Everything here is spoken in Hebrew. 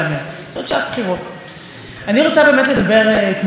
דווקא בנושא העברת הסמכויות השערורייתית כאן,